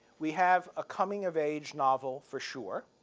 we have a coming of age novel, for sure.